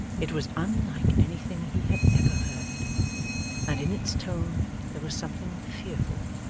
it was unlike anything he had ever heard and in its tone there was something fearful,